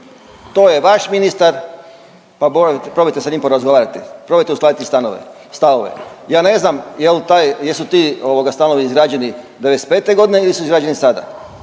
To je vaš ministar, pa probajte sa njim porazgovarati, probajte uskladiti stavove. Ja ne znam jesu ti stanovi izgrađeni '95. godine ili su izgrađeni sada,